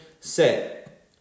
set